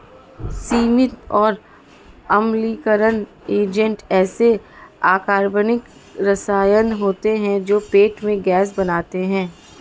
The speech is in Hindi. सीमित और अम्लीकरण एजेंट ऐसे अकार्बनिक रसायन होते हैं जो पेट में गैस बनाते हैं